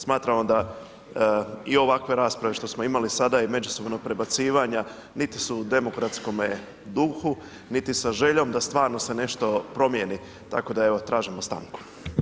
Smatramo da i ovakve rasprave što smo imali sada i međusobna prebacivanja niti su u demokratskome duhu niti sa željom da stvarno se nešto promijeni tako da evo tražimo stanku.